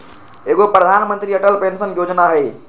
एगो प्रधानमंत्री अटल पेंसन योजना है?